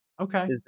Okay